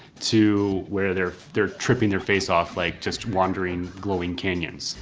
to where they're they're tripping their face off, like just wandering glowing canyons.